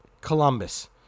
Columbus